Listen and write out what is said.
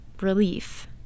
relief